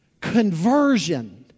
Conversion